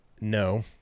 No